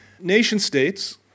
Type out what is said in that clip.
nation-states